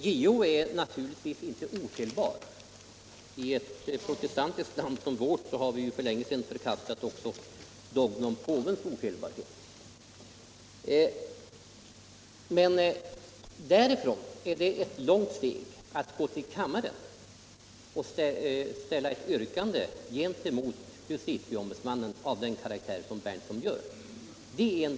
Herr talman! JO är naturligtvis inte ofelbar. I ctt protestantiskt land som vårt har vi för länge sedan t.o.m. förkastat dogmen om påvens ofelbarhet. Därifrån är det ett långt steg till att ställa ett yrkande gentemot justitieombudsmannen av den karaktär herr Berndtsons yrkande har.